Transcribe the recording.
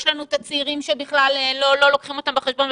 יש לנו את הצעירים שבכלל לא לוקחים אותם בחשבון,